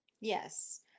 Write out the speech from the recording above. yes